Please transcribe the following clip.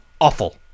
awful